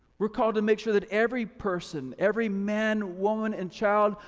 we're called to make sure that every person, every man, woman and child,